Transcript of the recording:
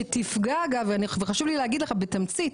שתפגע אגב וחשוב לי להגיד לך בתמצית,